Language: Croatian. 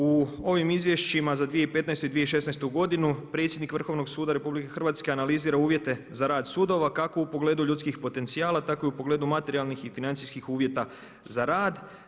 U ovim izvješćima za 2015. i 2016. g. predsjednik Vrhovnog suda RH analizira uvjete za rad sudova, kako u pogledu ljudskih potencijala, tako u pogledu materijalnih i financijskih uvjeta za rad.